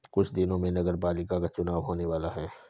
कुछ दिनों में नगरपालिका का चुनाव होने वाला है